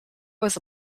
was